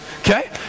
Okay